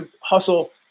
hustle